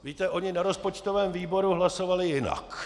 Víte, oni na rozpočtovém výboru hlasovali jinak.